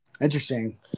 Interesting